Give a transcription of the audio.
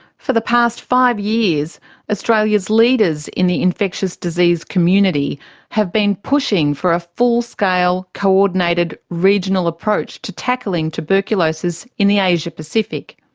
for the past five years australia's leaders in the infectious disease community have been pushing for a full-scale coordinated regional approach to tackling tuberculosis in the asia pacific.